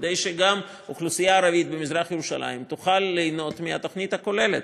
כדי שגם האוכלוסייה הערבית במזרח-ירושלים תוכל ליהנות מהתוכנית הכוללת.